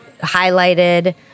highlighted